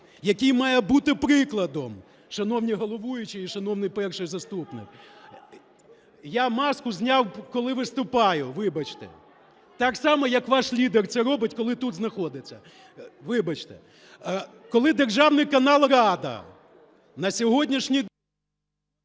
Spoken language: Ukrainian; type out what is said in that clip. який має бути прикладом, шановний головуючий і шановний перший заступник… (Шум у залі) Я маску зняв, коли виступаю, вибачте. Так само, як ваш лідер це робить, коли тут знаходиться. Вибачте. Коли державний канал "Рада" на сьогоднішній …